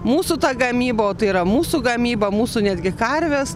mūsų ta gamyba o tai yra mūsų gamyba mūsų netgi karvės